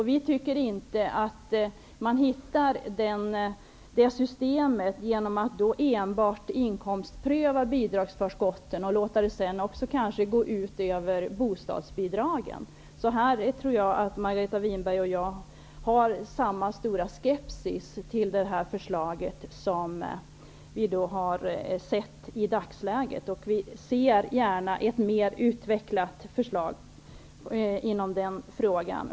Vi tycker inte att man hittar det systemet genom att enbart inkomstpröva bidragsförskotten, och sedan kanske låta detta gå ut över bostadsbidragen. Jag tror att Margareta Winberg och jag hyser samma stora skepsis inför det här förslaget som vi har sett i dagsläget. Vi önskar ett mer utvecklat förslag i den frågan.